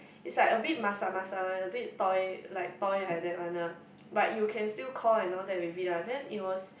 it's like a bit masak-masak one a bit toy like toy like that one lah but you can still call and all that with it ah then it was